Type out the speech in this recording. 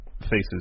faces